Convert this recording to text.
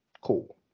Cool